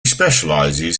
specialises